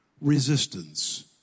resistance